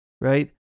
right